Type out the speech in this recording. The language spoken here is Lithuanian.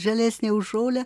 žalesnė už žolę